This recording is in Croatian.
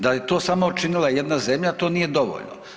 Da je to samo učinila jedna zemlja, to nije dovoljno.